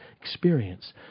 experience